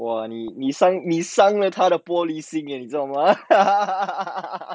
!wah! 你你上了他的玻璃心 eh 知道 mah